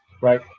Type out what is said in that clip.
right